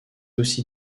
aussi